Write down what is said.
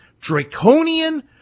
Draconian